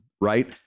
Right